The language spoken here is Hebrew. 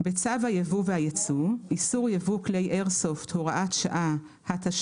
1. בצו היבוא והיצוא (איסור יבוא כלי איירסופט) (הוראת שעה (תיקון),